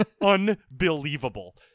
unbelievable